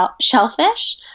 shellfish